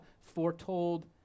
foretold